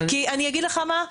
כי אני אגיד לך מה?